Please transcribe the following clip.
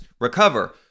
recover